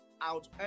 out